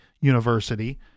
University